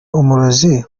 umurozi